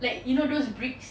like you know those bricks